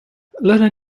lerner